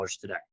today